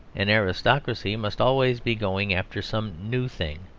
an aristocracy must always be going after some new thing.